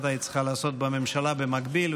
את היית צריכה לעשות בממשלה במקביל.